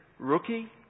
Rookie